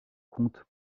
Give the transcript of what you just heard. comptent